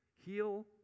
Heal